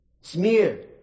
smear